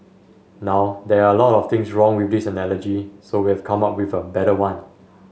now there are a lot of things wrong with this analogy so we've come up with a better one